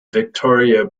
victoria